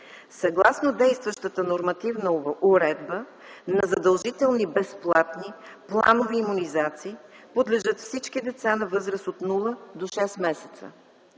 Съгласно действащата нормативна уредба на задължителни, безплатни, планови имунизации подлежат всички деца на възраст от 0 до 6 месеца.